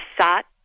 sat